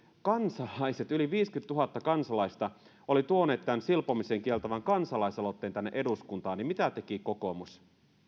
kansalaiset yli viisikymmentätuhatta kansalaista oli tuonut tämän silpomisen kieltävän kansalaisaloitteen tänne eduskuntaan mitä teki kokoomus